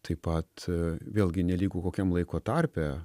taip pat vėlgi nelygu kokiam laiko tarpe